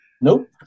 Nope